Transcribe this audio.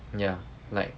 ya like